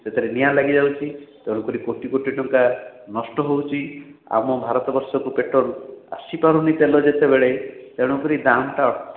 ସେଥିରେ ନିଆଁ ଲାଗିଯାଉଛି ତେଣୁକରି କୋଟି କୋଟି ଟଙ୍କା ନଷ୍ଟ ହେଉଛି ଆମ ଭାରତବର୍ଷକୁ ପେଟ୍ରୋଲ୍ ଆସିପାରୁନି ତେଲ ଯେତେବେଳେ ତେଣୁକରି ଦାମ୍ ଟା